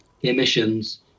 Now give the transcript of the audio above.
emissions